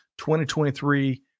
2023